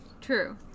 true